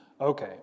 Okay